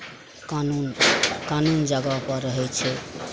कानून कानून जगह पर रहै छै